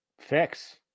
fix